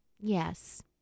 Yes